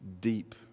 deep